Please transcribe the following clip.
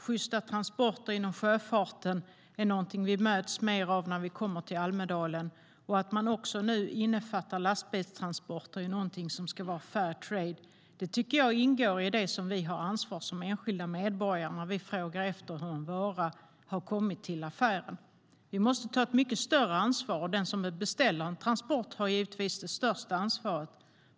Sjysta transporter inom sjöfarten är någonting vi möts mer av när vi kommer till Almedalen. Att man nu också innefattar lastbilstransporter i någonting som ska vara fair trade ingår i det som vi har ansvar för som enskilda medborgare när vi frågar om hur en vara har kommit till affären. Vi måste ta ett mycket större ansvar. Den som beställer en transport har givetvis det största ansvaret.